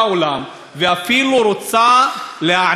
ואפילו רוצה להעניש את העולם,